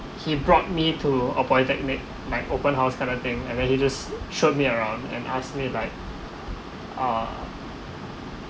he brought me to a polytechnic like open house kind of thing and then he just showed me around and ask me like uh